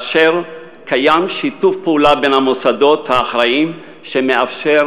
ובין המוסדות האחראים קיים שיתוף פעולה שמאפשר